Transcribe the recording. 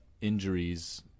injuries